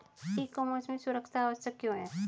E commerce में सुरक्षा आवश्यक क्यों है?